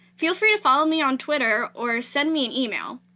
feel free to follow me on twitter or send me an email.